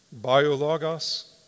Biologos